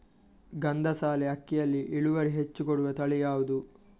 ಗಂಧಸಾಲೆ ಅಕ್ಕಿಯಲ್ಲಿ ಇಳುವರಿ ಹೆಚ್ಚು ಕೊಡುವ ತಳಿ ಯಾವುದು?